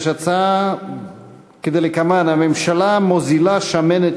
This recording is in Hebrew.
יש הצעה כדלקמן: הממשלה מוזילה שמנת